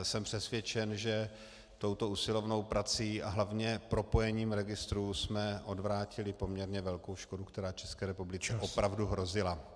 Jsem přesvědčen, že touto usilovnou prací a hlavně propojením registrů jsme odvrátili poměrně velkou škodu, která České republice opravdu hrozila.